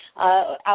out